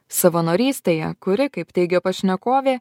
savanorystėje kuri kaip teigia pašnekovė